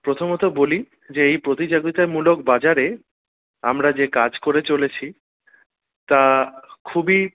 প্রথমত বলি যে এই প্রতিযোগিতামূলক বাজারে আমরা যে কাজ করে চলেছি তা খুবই